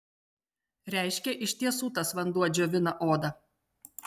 reiškia iš tiesų tas vanduo džiovina odą